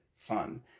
fun